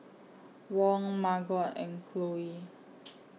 Wong Margot and Cloe